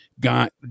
got